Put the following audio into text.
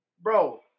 Bro